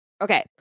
Okay